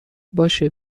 باشه